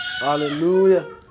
Hallelujah